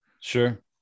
Sure